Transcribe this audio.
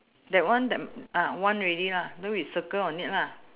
that one that ah one ready lah though is circle on it lah